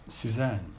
Suzanne